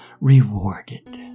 rewarded